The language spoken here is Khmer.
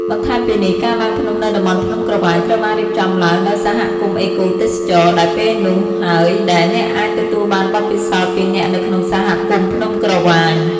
បន្ថែមពីនេះការឡើងភ្នំនៅតំបន់ភ្នំក្រវាញត្រូវបានរៀបចំឡើងដោយសហគមន៍អេកូទេសចរ ដែលពេលនោះហើយដែលអ្នកអាចទទួលបានបទពិសោធន៍ពីអ្នកនៅក្នុងសហគមន៍ភ្នំក្រវាញ។